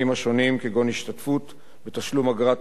כגון השתתפות בתשלום אגרת טלוויזיה,